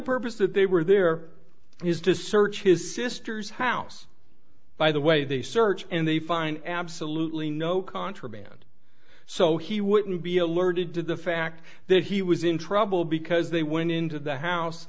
purpose that they were there is to search his sister's house by the way they search and they find absolutely no contraband so he wouldn't be alerted to the fact that he was in trouble because they went into the house